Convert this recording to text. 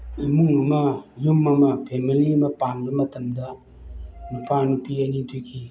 ꯏꯃꯨꯡ ꯑꯃ ꯌꯨꯝ ꯑꯃ ꯐꯦꯃꯤꯂꯤ ꯑꯃ ꯄꯥꯟꯕ ꯃꯇꯝꯗ ꯅꯨꯄꯥ ꯅꯨꯄꯤ ꯑꯅꯤꯗꯨꯒꯤ